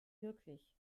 wirklich